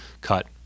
cut